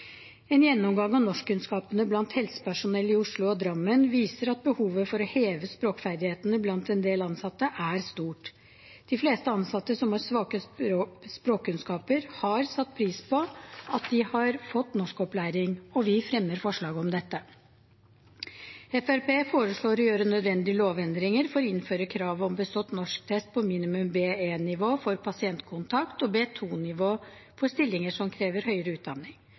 En gjennomgang av norskkunnskapene blant helsepersonell i Oslo og Drammen viser at behovet for å heve språkferdighetene blant en del ansatte er stort. De fleste ansatte som har svake språkkunnskaper, har satt pris på at de har fått norskopplæring, og vi fremmer forslag om dette. Fremskrittspartiet foreslår å gjøre nødvendige lovendringer for å innføre krav om bestått norsktest på minimum B1-nivå for pasientkontakt og B2-nivå for stillinger som krever høyere utdanning.